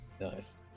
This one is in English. Nice